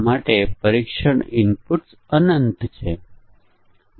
તેથી આઉટપુટ કેટલાક મૂલ્યો અને ઇનપુટ ને કારણે થાય છે